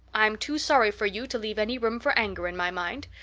i'm too sorry for you to leave any room for anger in my mind.